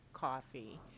Coffee